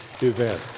event